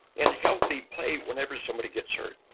in healthy play, whenever somebody gets hurt,